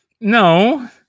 no